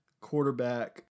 quarterback